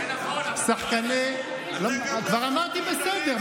זה נכון, אבל, כבר אמרתי בסדר.